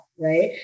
right